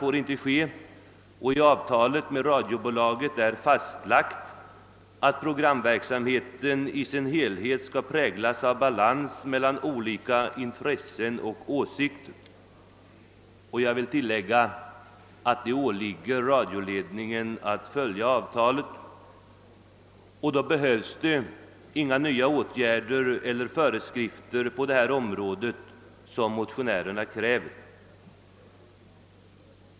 I avtalet med radiobolaget är fastslaget att »programverksamheten i sin helhet skall präglas av balans mellan olika intressen och åsikter». Det åligger radioledningen att i allt följa avtalet, och då behövs inte de nya åtgärder eller föreskrifter på det här området som motionärerna krävt.